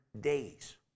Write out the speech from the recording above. days